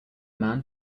man